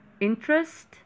interest